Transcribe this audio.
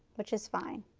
which is fine.